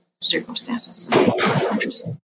circumstances